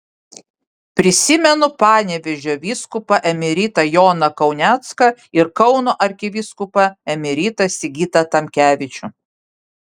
prisimenu panevėžio vyskupą emeritą joną kaunecką ir kauno arkivyskupą emeritą sigitą tamkevičių